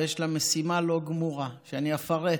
ויש לה משימה לא גמורה שאני אפרט: